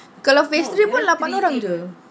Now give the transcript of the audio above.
kalau phase three pun lapan orang jer